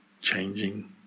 changing